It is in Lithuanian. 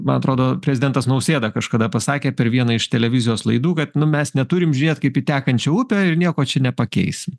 man atrodo prezidentas nausėda kažkada pasakė per vieną iš televizijos laidų kad nu mes neturim žiūrėt kaip į tekančią upę ir nieko čia nepakeisi